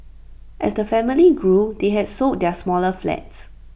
as the family gloom they had sold their smaller flats